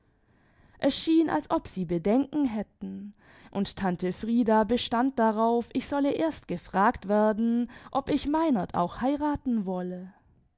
schien als ob sie bedenken hätten iind tante frieda bestand darauf ich solle erst gefragt werden ob ich meinert auch heiraten wolle